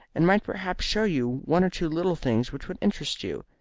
and might perhaps show you one or two little things which would interest you.